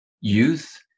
youth